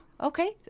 Okay